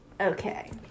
Okay